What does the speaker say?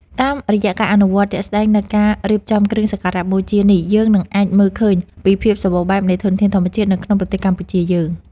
តាមរយៈការអនុវត្តជាក់ស្តែងនូវការរៀបចំគ្រឿងសក្ការបូជានេះយើងនឹងអាចមើលឃើញពីភាពសម្បូរបែបនៃធនធានធម្មជាតិនៅក្នុងប្រទេសកម្ពុជាយើង។